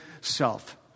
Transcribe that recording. self